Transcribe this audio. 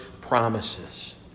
promises